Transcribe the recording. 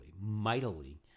mightily